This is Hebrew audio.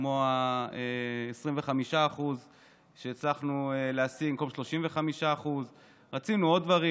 כמו 25% שהצלחנו להשיג במקום 35%. רצינו עוד דברים,